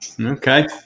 okay